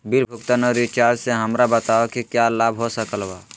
Bill भुगतान और recharge से हमरा बताओ कि क्या लाभ हो सकल बा?